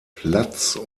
platz